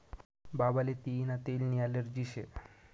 बाबाले तियीना तेलनी ॲलर्जी शे